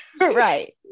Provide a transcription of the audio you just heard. Right